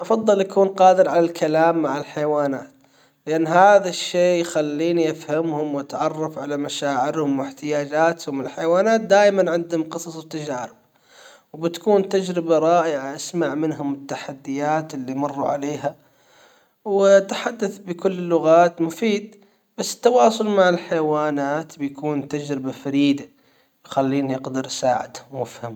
أفضل أكون قادر على الكلام مع الحيوانات. لان هذا الشيء يخليني افهمهم واتعرف على مشاعرهم واحتياجاتهم الحيوانات دائما عندهم قصص وتجارب. وبتكون تجربة رائعة اسمع منهم التحديات اللي مروا عليها. والتحدث بكل مفيد بس التواصل مع الحيوانات بيكون تجربة فريدة تخليني اقدر اساعدهم وافهمهم